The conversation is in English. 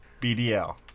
BDL